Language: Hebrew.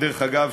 דרך אגב,